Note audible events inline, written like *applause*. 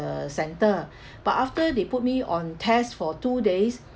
centre *breath* but after they put me on tests for two days